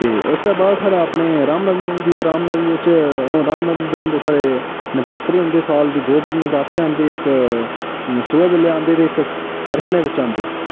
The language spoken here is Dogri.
ते उस दे बाद साढ़े अपने रामनवमीं आई जन्दी ते रामनवमीं बिच ओह् रामनवमीं बनांदे साढ़े नवरात्रे होंदे साल दे दो बारी नवरात्रे आंदे इक सोहे बेल्लै आंदे ते सैरकले बिच आंदे